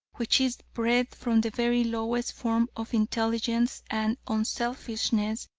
which is bred from the very lowest form of intelligence, and unselfishness,